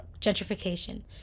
gentrification